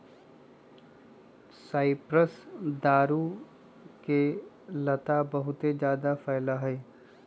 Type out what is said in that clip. cypress दारू के लता बहुत जादा फैला हई